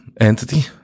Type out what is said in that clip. entity